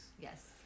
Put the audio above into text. Yes